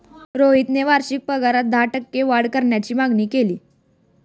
रोहितने वार्षिक पगारात दहा टक्के वाढ करण्याची मागणी केली